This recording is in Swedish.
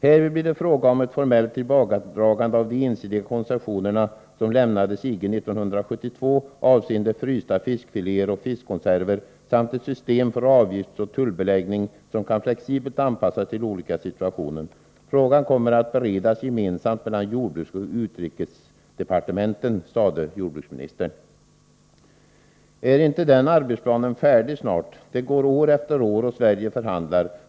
Härvid blir det fråga om ett formellt tillbakadragande av de ensidiga koncessionerna, som lämnades EG 1972 avseende frysta fiskfiléer och fiskkonserver samt ett system för avgiftsoch tullbeläggning som flexibelt kan anpassas till olika situationer. Frågan kommer att beredas gemensamt mellan jordbruksoch utrikesdepartementen, sade jordbruksministern. Är inte den arbetsplanen färdig snart? Det går år efter år och Sverige förhandlar.